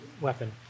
weapon